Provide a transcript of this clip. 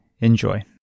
Enjoy